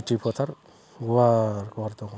खेथि फोथार गुवार गुवार दङ